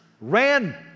ran